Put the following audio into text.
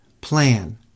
plan